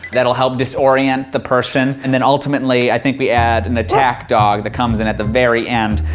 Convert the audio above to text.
that will help disorient the person. and, then ultimately, i think we add an attack dog, that comes in at the very end.